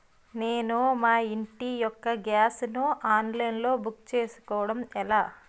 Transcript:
నేను మా ఇంటి యెక్క గ్యాస్ ను ఆన్లైన్ లో బుక్ చేసుకోవడం ఎలా?